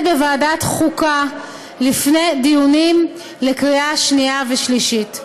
בוועדת החוקה לפני דיונים לקריאה שנייה ושלישית.